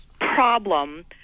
problem